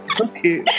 okay